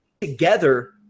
Together